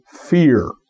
fear